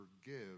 forgive